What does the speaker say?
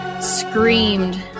screamed